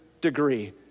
degree